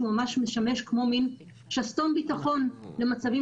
שהוא ממש משמש כמו מן שסתום ביטחון למצבים